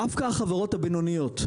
דווקא החברות הבינוניות,